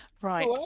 Right